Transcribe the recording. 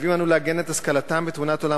חייבים אנו לעגן את השכלתם בתמונת עולם